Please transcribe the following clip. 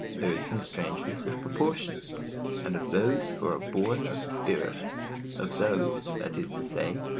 there is some strangeness of proportion and of those who are born of the spirit of those, that is to say,